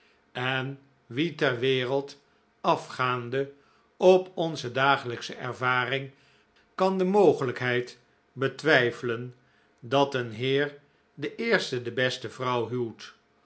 en wie ter wereld afgaande op onze dagelijksche ervaring kande mogelijkheid betwijfelen dat een heer de eerste de beste vrouw huwt